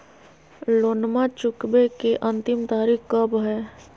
लोनमा चुकबे के अंतिम तारीख कब हय?